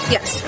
Yes